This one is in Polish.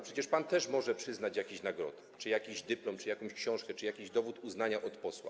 Przecież pan też może przyznać jakieś nagrody, czy jakiś dyplom, czy jakąś książkę, czy jakiś dowód uznania od posła.